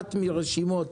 ברשימות